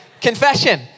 confession